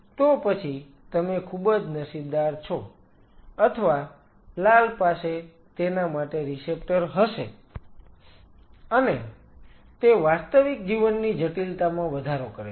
તો પછી તમે ખૂબજ નસીબદાર છો અથવા લાલ પાસે તેના માટે રીસેપ્ટર હશે અને તે વાસ્તવિક જીવનની જટિલતામાં વધારો કરે છે